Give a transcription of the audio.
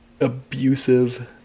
abusive